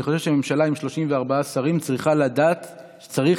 אני חושב שממשלה עם 34 שרים צריכה לדעת שצריך